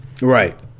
Right